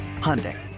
Hyundai